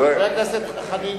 חבר הכנסת חנין,